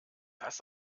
das